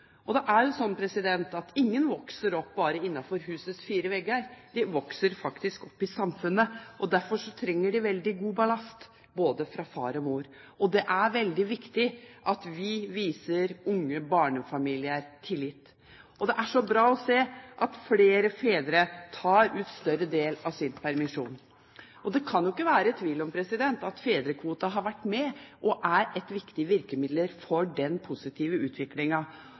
barna. Det er jo slik at ingen vokser opp bare innenfor husets fire vegger. De vokser faktisk opp i samfunnet. Derfor trenger de veldig god ballast både fra far og mor. Det er veldig viktig at vi viser unge barnefamilier tillitt. Det er så bra å se at flere fedre tar ut større del av sin permisjon. Det kan jo ikke være tvil om at fedrekvoten har vært et viktig virkemiddel for den positive